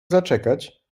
zaczekać